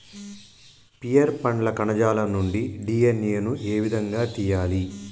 Pear పండ్ల కణజాలం నుండి డి.ఎన్.ఎ ను ఏ విధంగా తియ్యాలి?